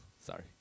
sorry